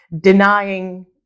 denying